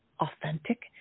authentic